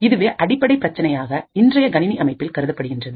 இதுவே அடிப்படை பிரச்சனையாக இன்றைய கணினி அமைப்பில் கருதப்படுகின்றது